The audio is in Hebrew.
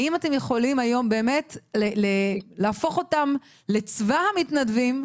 האם אתם יכולים היום באמת להפוך אותם לצבא המתנדבים,